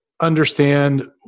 understand